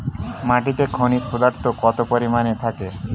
মাটিতে খনিজ পদার্থ কত পরিমাণে থাকে?